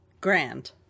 Grand